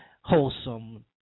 wholesome